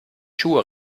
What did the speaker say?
schuhe